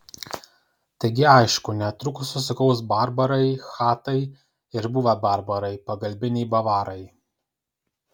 taigi aišku netrukus susikaus barbarai chatai ir buvę barbarai pagalbiniai bavarai